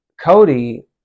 Cody